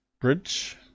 bridge